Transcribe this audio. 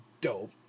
dope